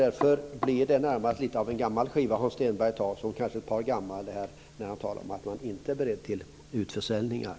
Därför är det en ett par år gammal skiva som Hans Stenberg spelar upp när han säger att man inte är beredd till utförsäljningar.